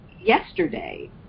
yesterday